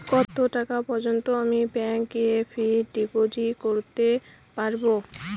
কত টাকা পর্যন্ত আমি ব্যাংক এ ফিক্সড ডিপোজিট করতে পারবো?